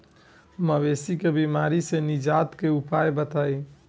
मवेशी के बिमारी से निजात के उपाय बताई?